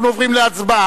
אנחנו עוברים להצבעה.